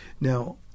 Now